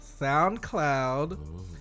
SoundCloud